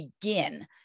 begin